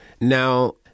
Now